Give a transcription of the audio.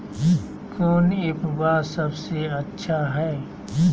कौन एप्पबा सबसे अच्छा हय?